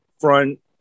front